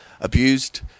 abused